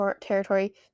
territory